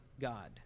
God